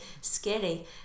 scary